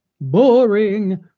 boring